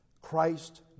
Christ